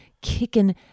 kicking